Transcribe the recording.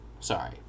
sorry